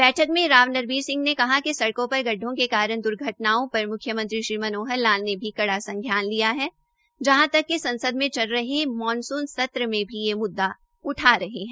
बैठक में राव नरबीर सिंह ने कहा कि सडक़ों पर गड़ढों के कारण द्र्घटनाओं पर म्ख्यमंत्री श्री मनोहर लाल ने भी कड़ा संज्ञान लिया है जहां तक संसद में चल रहे मौनसून सत्र में भी यह म्ददा उठ रहा है